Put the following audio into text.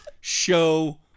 show